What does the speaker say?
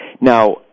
Now